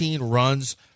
runs